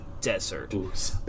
desert